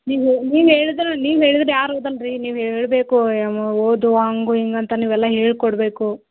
ನೀವು ಹೇಳಿ ನೀವು ಹೇಳ್ದ್ರೆ ನೀವು ಹೇಳಿದ್ರೆ ಯಾರು ಓದಲ್ಲ ರೀ ನೀವು ಹೇಳಬೇಕು ಓದೋ ಹಂಗು ಹಿಂಗ್ ಅಂತ ನೀವೆಲ್ಲ ಹೇಳಿಕೊಡ್ಬೇಕು